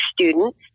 students